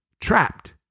trapped